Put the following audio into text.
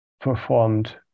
performed